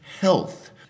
health